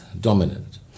dominant